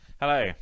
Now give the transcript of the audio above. hello